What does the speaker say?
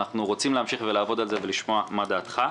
אנחנו רוצים להמשיך לעבוד עליו ולשמוע מה דעתך.